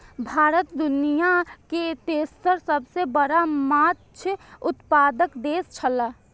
भारत दुनिया के तेसर सबसे बड़ा माछ उत्पादक देश छला